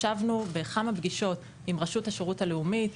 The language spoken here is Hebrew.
שיבנו בכמה פגישות עם רשות השירות הלאומי,